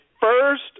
first